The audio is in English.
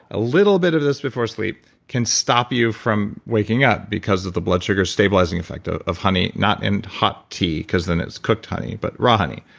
a little bit of this before sleep can stop you from waking up because of the blood sugarstabilizing effect ah of honey, not in hot tea because then it's cooked honey, but raw honey,